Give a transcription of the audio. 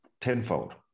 tenfold